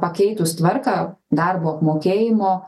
pakeitus tvarką darbo apmokėjimo